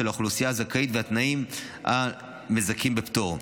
של האוכלוסייה הזכאית והתנאים המזכים בפטור.